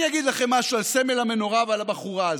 אני אגיד לכם משהו על סמל המנורה ועל הבחורה הזאת: